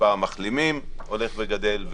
מספר המחלימים הולך וגדל,